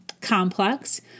complex